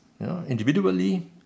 Individually